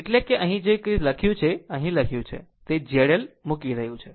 એટલે કે અહીં જે કંઇ લખ્યું છે અહીં જે કંઈ લખ્યું છે તે Z L મૂકી રહ્યું છે